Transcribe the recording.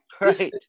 Right